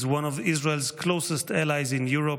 one of Israel's closest allies in Europe,